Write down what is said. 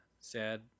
sad